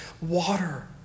water